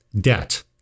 debt